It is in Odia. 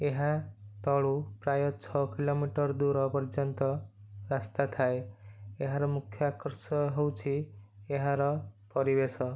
ଏହା ତଳୁ ପ୍ରାୟ ଛଅ କିଲୋମିଟର ଦୂର ପର୍ଯ୍ୟନ୍ତ ରାସ୍ତା ଥାଏ ଏହାର ମୁଖ୍ୟ ଆକର୍ଷକ ହେଉଛି ଏହାର ପରିବେଶ